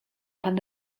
pan